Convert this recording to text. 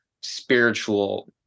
spiritual